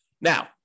now